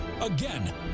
Again